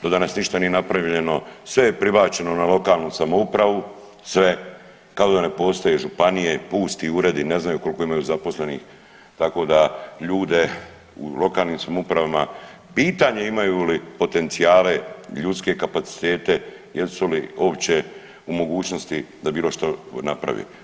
Do danas nije ništa napravljeno, sve je prebačeno na lokalnu samoupravu, sve kao da ne postoje županije, pusti uredi, ne znaju koliko imaju zaposlenih tako da ljude u lokalnim samoupravama pitanje je imaju li potencijale ljudske kapacitete jesu li uopće u mogućnosti da bilo što naprave.